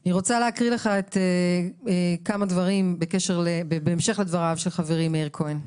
אני רוצה להקריא לך כמה דברים בהמשך לדבריו של חברי מאיר כהן.